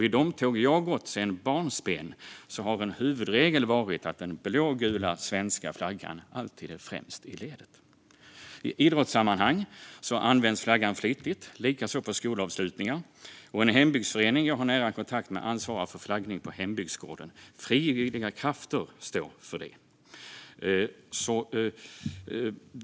I de tåg jag har gått i sedan barnsben har en huvudregel varit att den blågula svenska flaggan alltid är främst i ledet. I idrottssammanhang används flaggan flitigt och likaså på skolavslutningar. En hembygdsförening jag har nära kontakt med ansvarar för flaggning på hembygdsgården. Frivilliga krafter står för det.